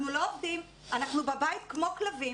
אנחנו לא עובדים, אנחנו בבית כמו כלבים.